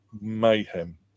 mayhem